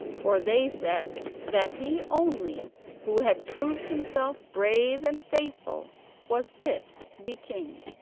for they said that he only who had proved himself brave and faithful was fit to be king.